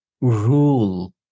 rule